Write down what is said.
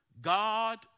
God